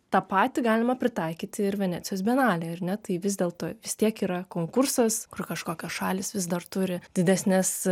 tą patį galima pritaikyti ir venecijos bienalei ar ne tai vis dėlto vis tiek yra konkursas kur kažkokios šalys vis dar turi didesnes